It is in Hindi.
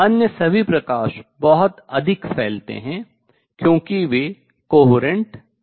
अन्य सभी प्रकाश बहुत अधिक फैलतें हैं क्योंकि वे कला सम्बद्ध नहीं हैं